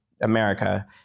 America